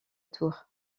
tour